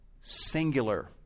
singular